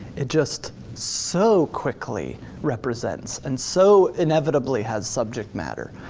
it just so quickly represents and so inevitably has subject matter.